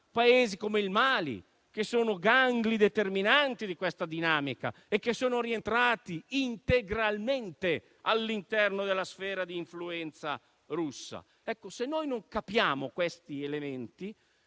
Faso e il Mali. Questi Paesi sono gangli determinanti di questa dinamica e sono rientrati integralmente all'interno della sfera di influenza russa. Se noi non capiamo questi elementi,